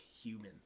human